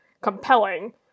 compelling